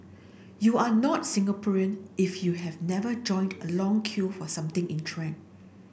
you are not Singaporean if you have never joined a long queue for something in trend